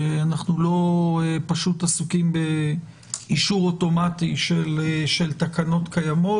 שאנחנו לא פשוט עסוקים באישור אוטומטי של תקנות קיימות.